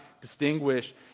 distinguish